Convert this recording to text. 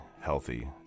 healthy